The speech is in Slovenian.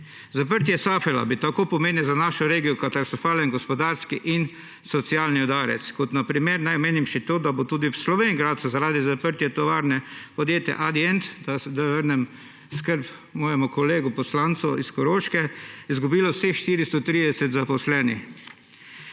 Zaprtje Safila bi tako pomenilo za našo regijo katastrofalen gospodarski in socialni udarec. Naj omenim še to, da bo tudi v Slovenj Gradcu zaradi zaprtja tovarne podjetja Adient, da vrnem skrb svojemu kolegu poslancu iz Koroške, izgubilo delo vseh 430 zaposlenih.